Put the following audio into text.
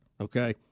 okay